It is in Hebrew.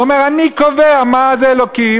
הוא אומר: אני קובע מה זה אלוקים,